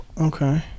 Okay